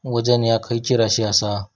वजन ह्या खैची राशी असा?